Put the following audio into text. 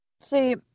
See